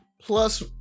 plus